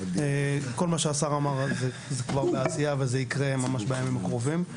כל מה שהשר אמר זה כבר בעשייה וזה ייקרה ממש בימים הקרובים,